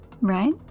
right